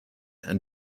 and